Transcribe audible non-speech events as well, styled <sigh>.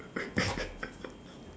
<laughs>